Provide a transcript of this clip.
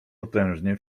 potężnie